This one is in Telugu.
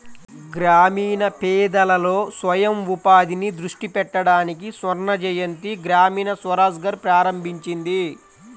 గ్రామీణ పేదలలో స్వయం ఉపాధిని దృష్టి పెట్టడానికి స్వర్ణజయంతి గ్రామీణ స్వరోజ్గార్ ప్రారంభించింది